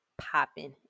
popping